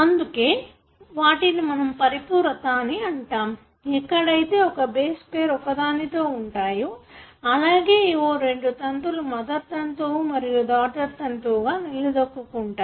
అందుకే వాటిని మనం పరిపూరత అని అంటాము ఎక్కడైతే ఒక బేస్ పేర్ ఒకదానితో వుంటాయో అలాగే ఏవో రెండు తంతులు మదర్ తంతువు మరియు డాటర్ తంతువుగా నిలదొక్కుకుంటాయి